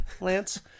Lance